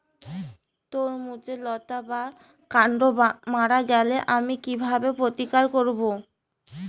তরমুজের লতা বা কান্ড মারা গেলে আমি কীভাবে প্রতিকার করব?